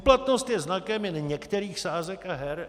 Úplatnost je znakem jen některých sázek a her.